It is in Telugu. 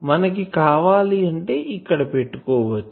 మనకు కావాలి అంటే ఇక్కడ పెట్టుకోవచ్చు